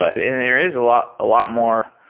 ah and there is a lot a lot more